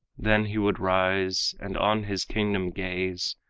then he would rise and on his kingdom gaze.